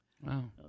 Wow